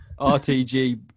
RTG